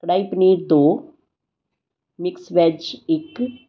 ਕੜਾਹੀ ਪਨੀਰ ਦੋ mix veg ਇਕ